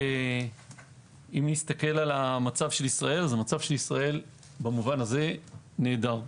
המצב של ישראל במובן הזה נהדר.